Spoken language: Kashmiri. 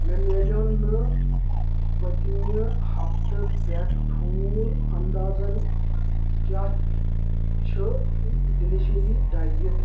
مےٚ مِلیو نہٕ پٔتمہِ ہفتہٕ پٮ۪ٹھ ٹھوٗل انٛدازَن کیٛاہ چھ ڈیٚلِشیٚری ڈیٹ